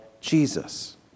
Jesus